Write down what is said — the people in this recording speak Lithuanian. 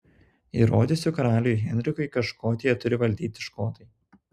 įrodysiu karaliui henrikui kad škotiją turi valdyti škotai